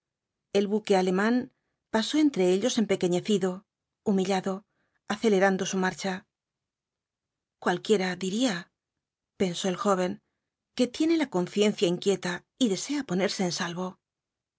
el buque alemán pasó entre ellos empequeñecido humillado acelerando su marcha cualquiera diría pensó el joven que tiene la concienciainquieta y desea ponerse en salvo